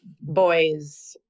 boys